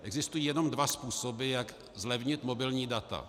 Existují jenom dva způsoby, jak zlevnit mobilní data.